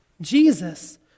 Jesus